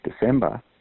December